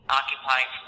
occupying